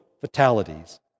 fatalities